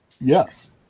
Yes